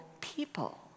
people